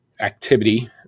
activity